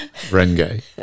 Renge